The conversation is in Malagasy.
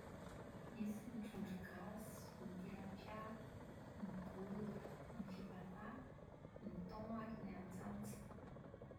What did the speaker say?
Misy ny trondrogasy, n ytilapia, ny gogo, ny fibata, ny thon ary ny antsantsa.